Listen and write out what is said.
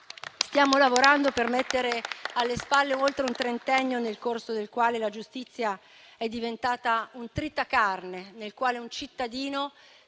Stiamo lavorando per mettere alle spalle oltre un trentennio nel corso del quale la giustizia è diventata un tritacarne, nel quale un cittadino